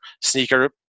sneaker